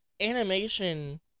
animation